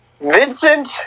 Vincent